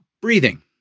breathing